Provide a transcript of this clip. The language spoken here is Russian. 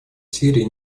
сирии